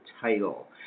title